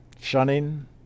shunning